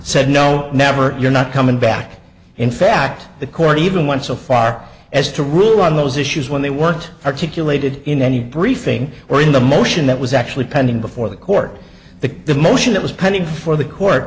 said no never you're not coming back in fact the court even went so far as to rule on those issues when they weren't articulated in any briefing or in the motion that was actually pending before the court the the motion that was pending before the court